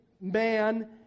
man